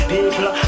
People